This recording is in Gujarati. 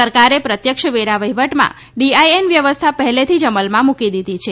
સરકારે પ્રત્યક્ષ વેરા વહીવટમાં ડીઆઈએન વ્યવસ્થા પહેલેથી જ અમલમાં મૂકી દીધી છે